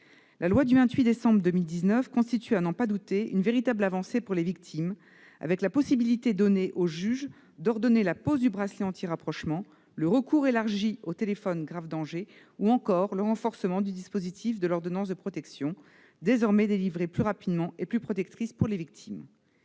loi de 2019 constitue, à n'en pas douter, une véritable avancée pour les victimes, avec la possibilité donnée au juge d'ordonner la pose du bracelet anti-rapprochement, le recours élargi au téléphone grave danger ou encore le renforcement du dispositif de l'ordonnance de protection, désormais délivrée plus rapidement et plus protectrice pour les victimes.